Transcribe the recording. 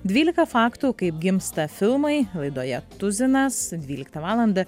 dvylika faktų kaip gimsta filmai laidoje tuzinas dvyliktą valandą